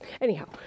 anyhow